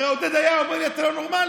הרי עודד היה אומר לי: אתה לא נורמלי.